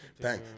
bang